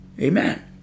Amen